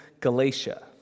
Galatia